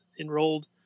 enrolled